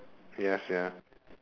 ya sia